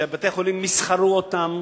שבתי-חולים מסחרו אותן